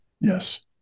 Yes